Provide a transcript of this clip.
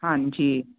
ਹਾਂਜੀ